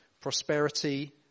prosperity